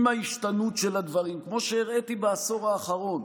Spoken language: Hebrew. עם ההשתנות של הדברים, כמו שהראיתי, בעשור האחרון,